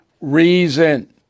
reason